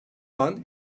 anda